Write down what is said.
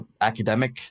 academic